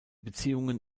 beziehungen